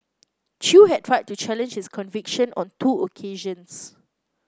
Chew had tried to challenge his conviction on two occasions